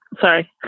Sorry